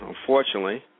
unfortunately